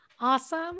Awesome